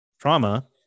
trauma